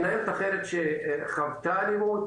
הייתה מנהלת בית ספר שחוותה אלימות